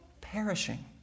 perishing